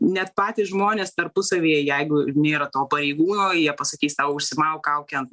net patys žmonės tarpusavyje jeigu ir nėra to pareigūno jie pasakys tau užsimauk kaukę ant